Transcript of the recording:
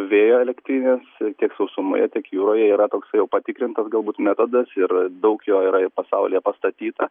vėjo elektrinės tiek sausumoje tiek jūroje yra toksai jau patikrinta galbūt metodas ir daug jo yra ir pasaulyje pastatyta